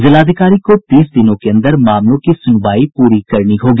जिलाधिकारी को तीस दिनों के अंदर मामलों की सुनवाई पूरी करनी होगी